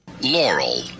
Laurel